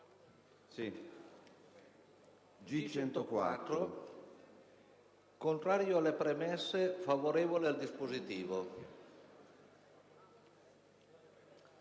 sono contrari alle premesse e favorevoli al dispositivo.